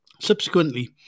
Subsequently